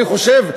אני חושב,